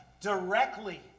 directly